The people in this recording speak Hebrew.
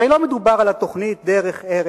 הרי לא מדובר על התוכנית "דרך ערך",